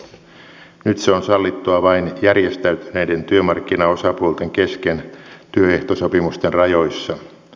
nyt se on sallittua vain järjestäytyneiden työmarkkinaosapuolten kesken työehtosopimusten rajoissa